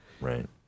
Right